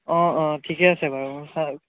অঁ অঁ ঠিকেই আছে বাৰু হয়